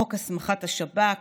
חוק הסמכת השב"כ,